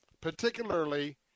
Particularly